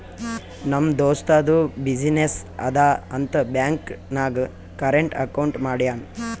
ನಮ್ ದೋಸ್ತದು ಬಿಸಿನ್ನೆಸ್ ಅದಾ ಅಂತ್ ಬ್ಯಾಂಕ್ ನಾಗ್ ಕರೆಂಟ್ ಅಕೌಂಟ್ ಮಾಡ್ಯಾನ್